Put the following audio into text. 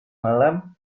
malam